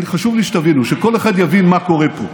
חשוב לי שתבינו, שכל אחד יבין מה קורה פה.